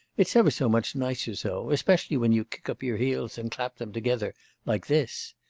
it's ever so much nicer so especially when you kick up your heels and clap them together like this.